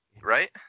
right